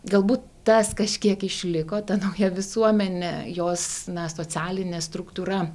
galbūt tas kažkiek išliko ta nauja visuomenė jos na socialinė struktūra